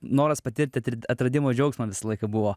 noras patirti atradimo džiaugsmą visą laiką buvo